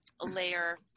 layer